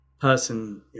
person